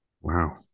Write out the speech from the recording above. Wow